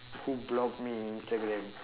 who blocked me in Instagram